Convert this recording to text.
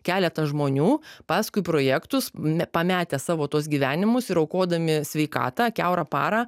keletas žmonių paskui projektus pametę savo tuos gyvenimus ir aukodami sveikatą kiaurą parą